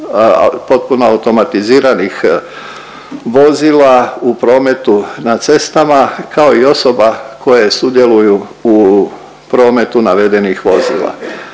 potpuno automatiziranih vozila u prometu na cestama kao i osoba koje sudjeluju u prometu navedenih vozila.